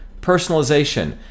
personalization